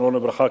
זכרו לברכה,